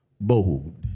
Bold